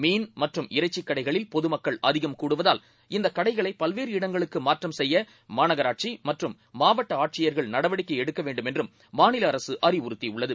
மீன்மற்றும்இறைச்சிக்கடைகளில்பொதுமக்கள்அதிகம்கூ டுவதால்இந்தக்கடைகளைபல்வேறுஇடங்களுக்குமாற்றம் செய்யமாநகராட்சிமற்றும்மாவட்ட ஆட்சியர்கள்நடவடிக் கைஎடுக்கவேண்டுமென்றும்மாநிலஅரசுஅறிவுறுத்தியுள் ளது